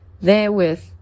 therewith